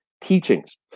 teachings